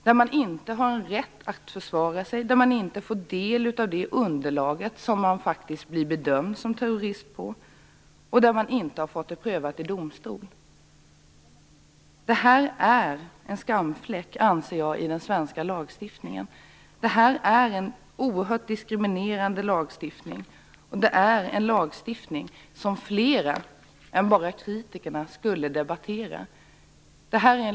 Man har inte rätt att försvara sig och få del av det underlag på vilket man faktiskt blivit bedömd som terrorist och man har inte rätt att få ärendet prövat i domstol. Detta anser jag är en skamfläck i den svenska lagstiftningen. Det är en oerhört diskriminerande lagstiftning, som fler än bara kritikerna borde debattera.